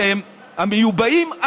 שהם המיובאים,